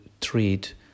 treat